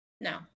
No